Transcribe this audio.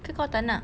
ke kau tak nak